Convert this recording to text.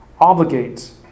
obligates